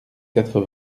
quatre